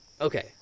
okay